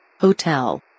Hotel